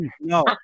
No